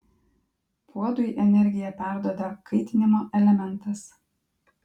puodui energiją perduoda kaitinimo elementas